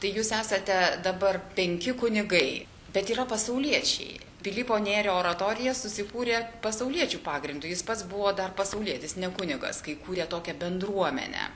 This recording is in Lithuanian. tai jūs esate dabar penki kunigai bet yra pasauliečiai pilypo nėrio oratorija susikūrė pasauliečių pagrindu jis pats buvo dar pasaulietis ne kunigas kai kūrė tokią bendruomenę